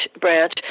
branch